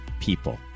people